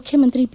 ಮುಖ್ಯಮಂತ್ರಿ ಬಿ